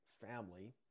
family